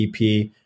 EP